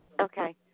Okay